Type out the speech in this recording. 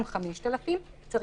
גם של 5,000 שקל,